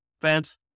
fans